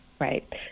Right